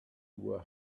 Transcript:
were